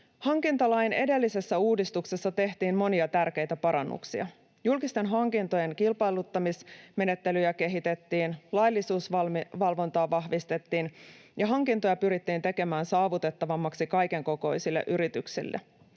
Hankintalain edellisessä uudistuksessa tehtiin monia tärkeitä parannuksia. Julkisten hankintojen kilpailuttamismenettelyjä kehitettiin, laillisuusvalvontaa vahvistettiin ja hankintoja pyrittiin tekemään saavutettavammiksi kaikenkokoisille yrityksille.